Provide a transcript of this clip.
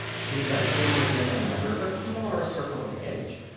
he led them within another but smaller circle of hedge,